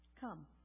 Come